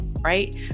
right